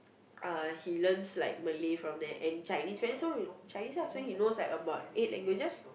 uh he learns like Malay from there and Chinese friends so Chinese ah so he knows like about eight languages